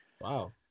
Wow